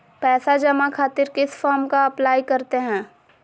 पैसा जमा खातिर किस फॉर्म का अप्लाई करते हैं?